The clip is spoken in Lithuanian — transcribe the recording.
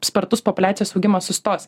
spartus populiacijos augimas sustos